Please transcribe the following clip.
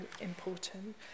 important